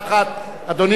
אדוני